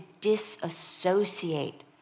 disassociate